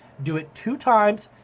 do it two times.